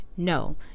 No